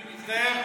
לא, יש הבדל.